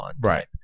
Right